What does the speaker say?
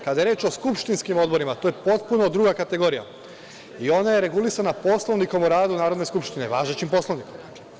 Kada je reč o skupštinskim odborima, to je potpuno druga kategorija i ona je regulisana Poslovnikom o radu Narodne skupštine, važećim Poslovnikom.